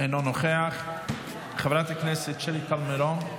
אינו נוכח, חברת הכנסת שלי טל מירון.